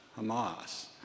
Hamas